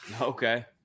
okay